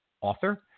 author